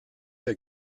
der